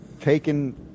taken